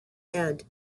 head